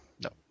No